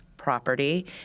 Property